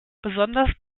besonders